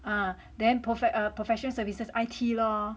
ah then profess~ professional services I_T lor